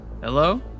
Hello